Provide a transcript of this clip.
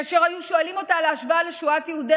כאשר היו שואלים אותה על השוואה לשואת יהודי